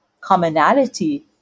commonality